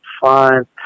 five